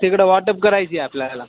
तिकडं वाटप करायची आपल्याला